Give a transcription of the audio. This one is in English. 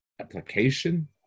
application